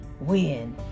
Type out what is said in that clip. win